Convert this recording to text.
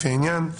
לפי העניין".